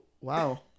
wow